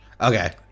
Okay